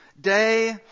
day